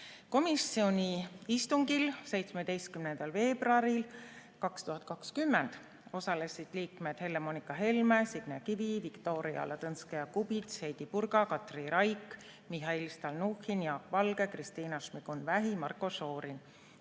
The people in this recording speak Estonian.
Komisjoni istungil 17. veebruaril osalesid liikmed Helle-Moonika Helme, Signe Kivi, Viktoria Ladõnskaja-Kubits, Heidy Purga, Katri Raik, Mihhail Stalnuhhin, Jaak Valge, Kristina Šmigun-Vähi ja Marko Šorin.